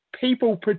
people